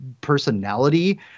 personality